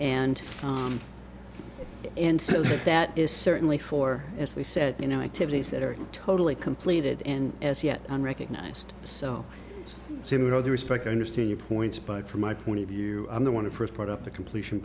and and so that is certainly for as we've said you know activities that are totally completed and as yet unrecognized so similar the respect i understand your points but from my point of view i'm the one of the first part of the completion